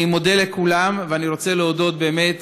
אני מודה לכולם, ואני רוצה להודות באמת